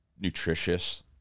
nutritious